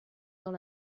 dans